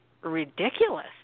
ridiculous